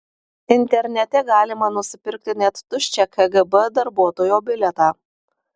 internete galima nusipirkti net tuščią kgb darbuotojo bilietą